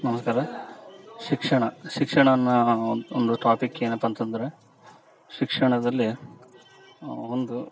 ನಮಸ್ಕಾರ ಶಿಕ್ಷಣ ಶಿಕ್ಷಣ ಅನ್ನೊ ಒನ್ ಒಂದು ಟಾಪಿಕ್ ಏನಪ್ಪ ಅಂತಂದರೆ ಶಿಕ್ಷಣದಲ್ಲಿ ಒಂದು